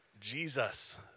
Jesus